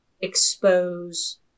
expose